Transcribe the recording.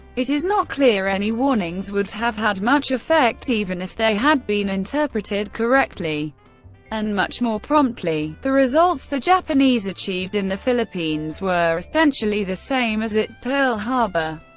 it is not clear any warnings would have had much effect even if they had been interpreted correctly and much more promptly. the results the japanese achieved in the philippines were essentially the same as at pearl harbor,